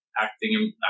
acting